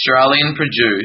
Australian-produced